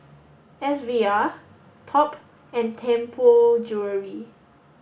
S V R Top and Tianpo Jewellery